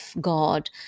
God